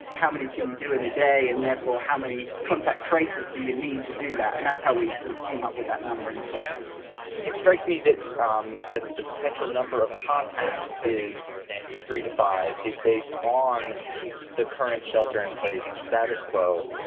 how many can you do in a day and therefore, how many contact traces do you need to do that? and that's how we sort of came up with that number in the first instance it strikes me that um the the potential number of contacts is three to five is based on the current shelter in place, status quo.